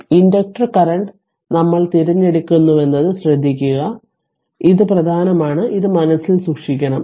അതിനാൽ inductor current നമ്മൾ തിരഞ്ഞെടുക്കുന്നുവെന്നത് ശ്രദ്ധിക്കുക ഇത് പ്രധാനമാണ് ഇത് മനസ്സിൽ സൂക്ഷിക്കണം